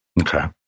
Okay